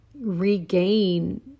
regain